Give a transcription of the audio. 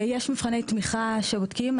יש מבחני תמיכה שבודקים,